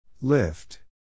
Lift